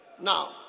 Now